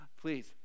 Please